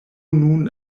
nun